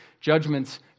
judgments